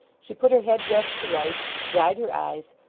she put her head-dress to rights, dried her eyes,